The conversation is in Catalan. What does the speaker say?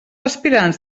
aspirants